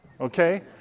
okay